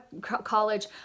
college